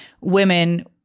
women